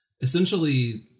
essentially